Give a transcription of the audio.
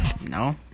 No